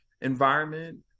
environment